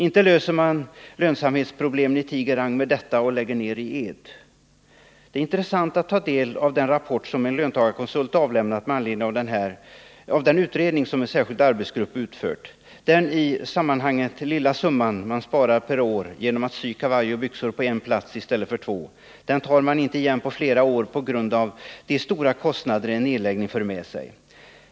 Inte löser man lönsamhetsproblemet i Tiger Rang med att lägga ner företaget i Ed. Det är intressant att ta del av den rapport som en löntagarkonsult avlämnat med anledning av den utredning som en särskild arbetsgrupp utfört. Den i sammanhanget lilla summa man sparar per år genom att sy kavajer och byxor på en plats i stället för på två olika tar man inte igen på flera år på grund av de stora kostnader en nedläggning för med sig.